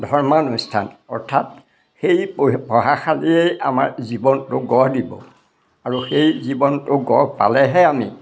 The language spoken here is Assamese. ধৰ্মানুষ্ঠান অৰ্থাৎ সেই পঢ়ি পঢ়াশালীয়ে আমাৰ জীৱনটো গঢ় দিব আৰু সেই জীৱনটো গঢ় পালেহে আমি